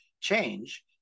change